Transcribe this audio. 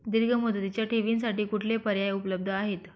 दीर्घ मुदतीच्या ठेवींसाठी कुठले पर्याय उपलब्ध आहेत?